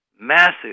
massive